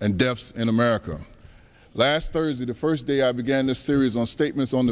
and deaths in america last thursday the first day i began a series on statements on